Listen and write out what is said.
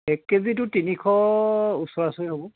এক কেজিটো তিনিশ ওচৰা উচৰি হ'ব